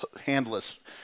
handless